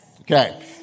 Okay